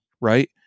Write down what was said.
right